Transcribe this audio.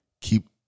Keep